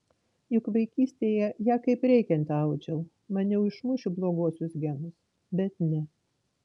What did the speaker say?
juk vaikystėje ją kaip reikiant audžiau maniau išmušiu bloguosius genus bet ne